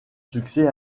succès